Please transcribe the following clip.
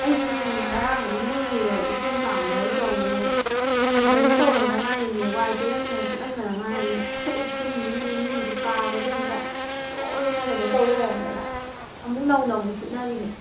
ꯑꯩꯁꯨꯅꯤꯅꯦ ꯉꯔꯥꯡ ꯃꯈꯣꯏꯒꯤ ꯎꯐꯨꯜ ꯀꯥꯝꯕ ꯇꯧꯗꯅ ꯑꯩ ꯀꯩꯅꯣ ꯇꯧꯔꯝꯕꯗ ꯉꯥꯏꯔꯤꯕꯅꯦ ꯋꯥꯏ ꯇꯩꯔꯝꯗꯅ ꯁꯤꯠꯂꯝꯕꯇ ꯉꯥꯏꯔꯤꯕꯅꯦ ꯍꯦꯛꯇ ꯎꯐꯨꯜꯁꯤꯅ ꯏꯃꯨꯡꯁꯦ ꯀꯥꯒꯁꯦ ꯑꯃꯠꯇ ꯂꯣꯏꯅ ꯀꯩꯅꯣ ꯇꯧ ꯂꯩꯔꯝꯗꯅ ꯑꯃꯨꯛ ꯅꯧꯅ ꯑꯃꯨꯛ ꯁꯤꯠꯅꯔꯤꯅꯦ